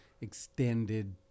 extended